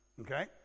Okay